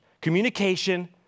communication